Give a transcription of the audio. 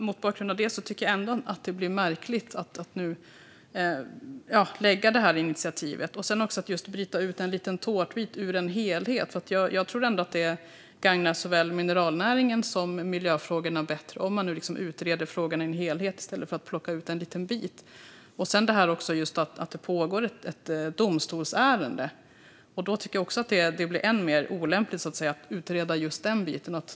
Mot bakgrund av det tycker jag ändå att det blir märkligt att lägga fram det här initiativet och även att bryta ut en liten bit ur en helhet. Jag tror att det gagnar såväl mineralnäringen som miljöfrågorna bättre om man utreder frågan i sin helhet i stället för att plocka ut en liten bit. Det pågår också ett domstolsärende, och då tycker jag att det är ännu mer olämpligt att utreda just den biten.